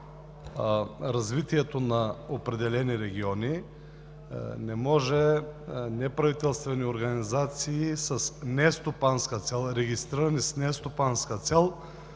развитието на определени региони, не може неправителствени организации, регистрирани с нестопанска цел,